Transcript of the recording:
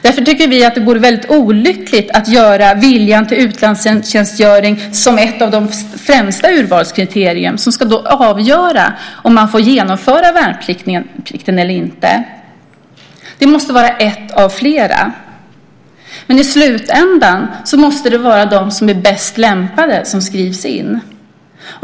Därför tycker vi att det vore väldigt olyckligt att göra viljan till utlandstjänstgöring till ett av de främsta urvalskriterierna som ska avgöra om man får genomföra värnplikten eller inte. Det måste i stället vara ett av flera urvalskriterier. Men i slutändan måste det vara de bäst lämpade som skrivs in.